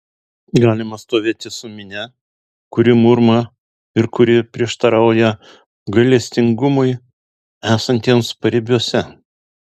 galima stovėti su minia kuri murma ir kuri prieštarauja gailestingumui esantiems paribiuose